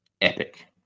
epic